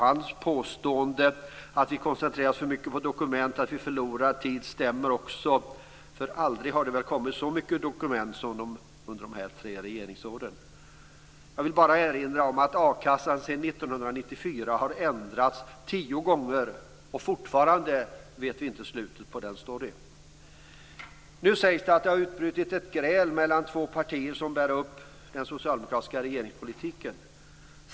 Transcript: Hans påstående att vi koncentrerar oss för mycket på dokument och att vi förlorar tid stämmer också, för aldrig har det väl kommit så mycket dokument som under de här tre regeringsåren. Jag vill bara erinra om att a-kassan sedan 1994 har ändrats tio gånger, och fortfarande vet vi inte slutet på den storyn. Nu sägs det att det har utbrutit ett gräl mellan de två partier som bär upp den socialdemokratiska regeringspolitiken.